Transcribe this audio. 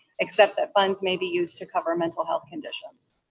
except that funds may be used to cover mental health conditions.